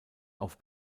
auf